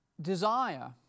desire